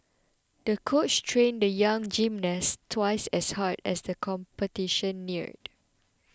the coach trained the young gymnast twice as hard as the competition neared